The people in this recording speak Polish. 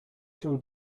się